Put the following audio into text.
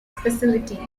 facility